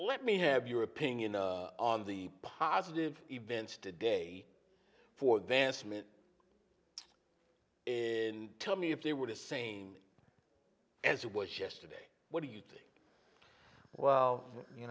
let me have your opinion on the positive events today for van smith tell me if they were the same as it was yesterday what do you think well you